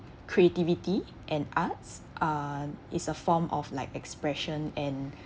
creativity and arts uh is a form of like expression and